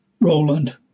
Roland